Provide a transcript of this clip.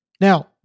Now